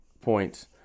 points